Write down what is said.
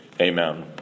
amen